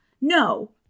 No